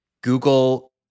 Google